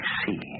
see